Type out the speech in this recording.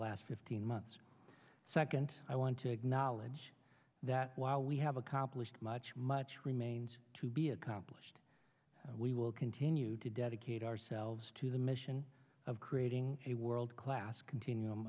last fifteen months second i want to acknowledge that while we have accomplished much much remains to be accomplished we will continue to dedicate ourselves to the mission of creating a world class continuum